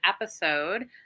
episode